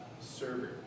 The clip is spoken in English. server